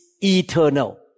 eternal